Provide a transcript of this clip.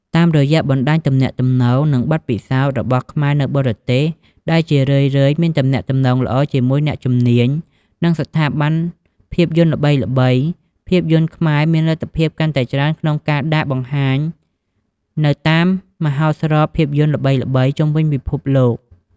តាមរយៈ បណ្តាញទំនាក់ទំនង និង បទពិសោធន៍ របស់ខ្មែរនៅបរទេស ដែលជារឿយៗមានទំនាក់ទំនងល្អជាមួយអ្នកជំនាញ និងស្ថាប័នភាពយន្តល្បីៗ ភាពយន្តខ្មែរមាន លទ្ធភាពកាន់តែច្រើនក្នុងការដាក់បង្ហាញនៅតាមមហោស្រពភាពយន្តល្បីៗជុំវិញពិភពលោក។